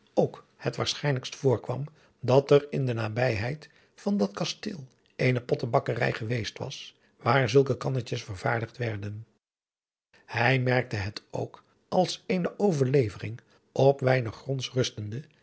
ook het waarschijnlijkst voorkwam dat er in de nabijheid van dat kasteel eene pottebakkerij geweest was waar zulke kannetjes vervaardigd adriaan loosjes pzn het leven van hillegonda buisman werden hij merkte het ook als eene overlevering op weinig gronds rustende